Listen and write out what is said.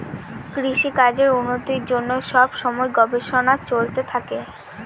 কৃষিকাজের উন্নতির জন্য সব সময় গবেষণা চলতে থাকে